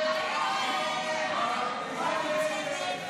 של חברי הכנסת אימאן ח'טיב יאסין,